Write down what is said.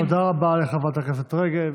תודה רבה לחברת הכנסת רגב.